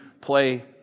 play